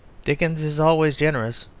dickens is always generous,